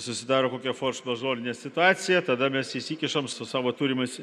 susidaro kokia fors mažorinė situacija tada mes įsikišam su savo turimais